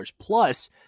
plus